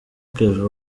kevin